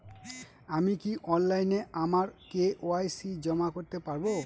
আমি কি অনলাইন আমার কে.ওয়াই.সি জমা করতে পারব?